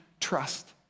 trust